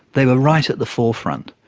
they were right at the forefront,